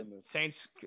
Saints